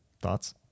Thoughts